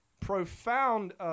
profound